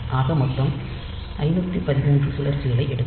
ஆக மொத்தம் 513 சுழற்சிகளை எடுக்கும்